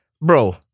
bro